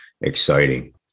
exciting